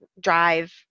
drive